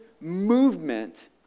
movement